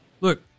look